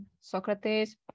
socrates